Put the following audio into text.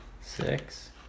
Six